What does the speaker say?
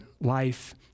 life